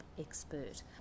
expert